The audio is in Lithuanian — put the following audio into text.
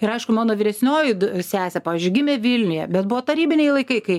ir aišku mano vyresnioji sesė pavyzdžiui gimė vilniuje bet buvo tarybiniai laikai kai